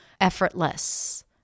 effortless